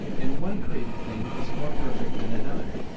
and one created thing is more perfect than another,